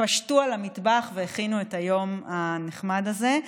פשטו על המטבח והכינו את היום הנחמד הזה.